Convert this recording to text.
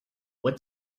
what